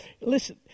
Listen